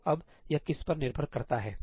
तो अब यह किस पर निर्भर करता है